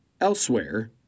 elsewhere